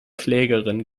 klägerin